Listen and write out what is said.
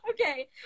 okay